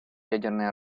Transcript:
ядерное